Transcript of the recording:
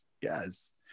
yes